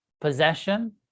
possession